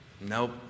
Nope